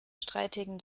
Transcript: streitigen